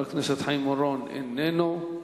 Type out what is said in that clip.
חבר הכנסת חיים אורון, איננו,